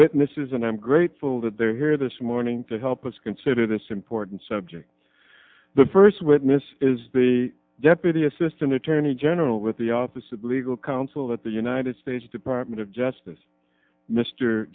witnesses and i'm grateful that they're here this morning to help us consider this important subject the first witness is the deputy assistant attorney general with the office of legal counsel at the united states department of justice mr